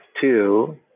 two